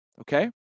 Okay